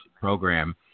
program